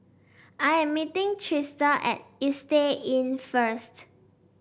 I am meeting Trista at Istay Inn first